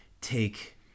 take